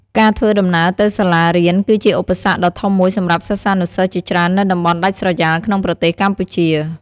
ការធ្វើដំណើរទៅសាលារៀនគឺជាឧបសគ្គដ៏ធំមួយសម្រាប់សិស្សានុសិស្សជាច្រើននៅតំបន់ដាច់ស្រយាលក្នុងប្រទេសកម្ពុជា។